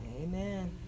Amen